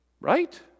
Right